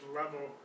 level